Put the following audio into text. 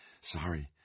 Sorry